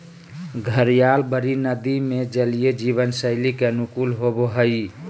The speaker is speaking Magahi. घड़ियाल बड़ी नदि में जलीय जीवन शैली के अनुकूल होबो हइ